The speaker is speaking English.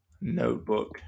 notebook